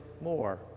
more